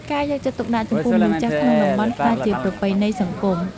ការយកចិត្តទុកដាក់ចំពោះមនុស្សចាស់ក្នុងតំបន់ក្លាយជាប្រពៃណីសង្គម។